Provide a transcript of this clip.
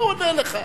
הוא עונה לך.